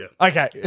okay